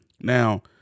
Now